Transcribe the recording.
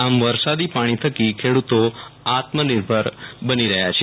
આમ વરસાદી પાણી થકી ખેડૂતો આત્મનિર્ભર બની રહ્યા છે